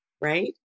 right